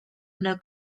yno